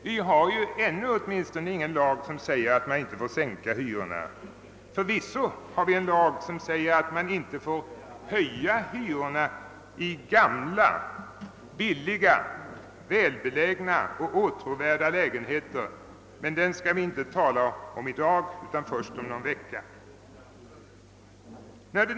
Vi har ju åtminstone ännu ingen lag som förbjuder sänkning av hyrorna. Förvisso finns det en lag som stadgar, att man inte får höja hyrorna i gamla, billiga, välbelägna och åtråvärda lägenheter, men den skall vi inte tala om i dag utan först om en vecka.